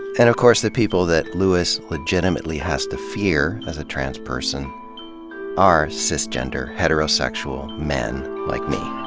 and of course, the people that lewis legitimately has to fear as a trans person are cisgender, heterosexual men like me.